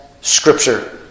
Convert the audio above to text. Scripture